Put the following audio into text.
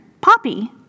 Poppy